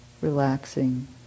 relaxing